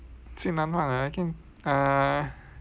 最难忘 err